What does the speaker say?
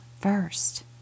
first